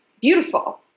beautiful